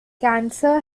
cancer